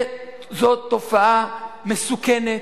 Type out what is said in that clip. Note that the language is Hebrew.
זאת תופעה מסוכנת,